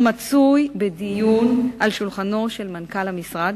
מצוי בדיון על שולחנו של מנכ"ל המשרד,